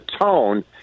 tone